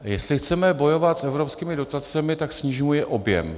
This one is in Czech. Jestli chceme bojovat s evropskými dotacemi, tak snižujme objem.